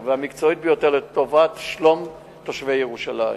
והמקצועית ביותר לטובת שלום תושבי ירושלים.